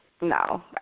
No